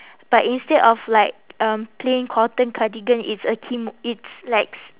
but instead of like um plain cotton cardigan it's a kim~ it's likes